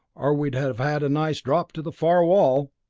or we'd have had a nice drop to the far wall!